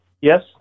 Yes